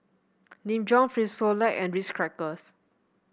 Nin Jiom Frisolac and Ritz Crackers